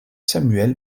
samuel